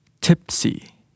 tipsy